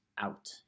out